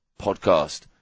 podcast